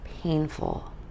painful